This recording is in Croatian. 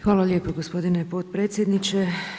Hvala lijepo gospodine potpredsjedniče.